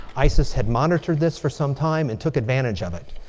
isis had monitored this for some time and took advantage of it.